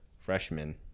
freshman